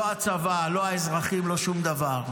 לא הצבא, לא האזרחים, לא שום דבר.